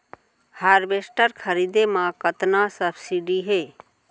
Harvester खरीदे म कतना सब्सिडी हे?